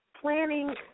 planning